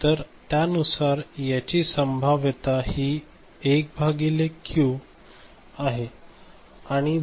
तर त्यानुसार याची संभाव्यता हि एक भागिले क्यू सुधार आहे